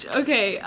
okay